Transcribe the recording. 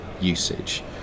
usage